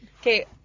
Okay